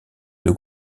deux